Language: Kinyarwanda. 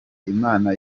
imana